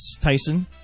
Tyson